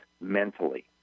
mentally